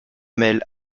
mêle